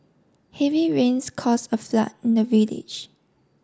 heavy rains cause a flood in the village